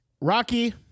Rocky